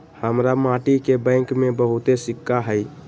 हमरा माटि के बैंक में बहुते सिक्का हई